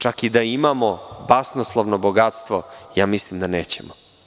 Čak i da imamo basnoslovno bogatstvo, mislim da nećemo.